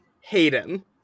Hayden